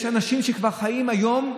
יש אנשים שכבר חיים, היום,